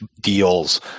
deals